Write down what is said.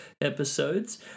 episodes